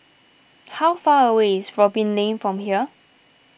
how far away is Robin Lane from here